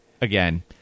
again